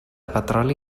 petroli